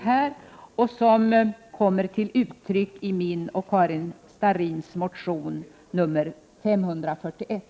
Dessa kommer även till uttryck i min och Karin Starrins motion T541.